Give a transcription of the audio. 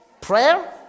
prayer